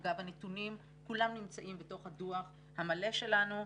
אגב, כל הנתונים נמצאים בדוח המלא שלנו.